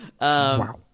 Wow